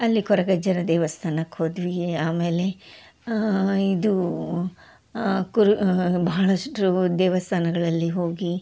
ಅಲ್ಲಿ ಕೊರಗಜ್ಜನ ದೇವಸ್ಥಾನಕ್ಕೆ ಹೋದ್ವಿ ಆಮೇಲೆ ಇದು ಕುರು ಬಹಳಷ್ಟು ದೇವಸ್ಥಾನಗಳಲ್ಲಿ ಹೋಗಿ